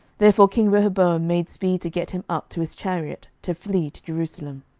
therefore king rehoboam made speed to get him up to his chariot, to flee to jerusalem.